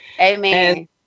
Amen